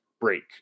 break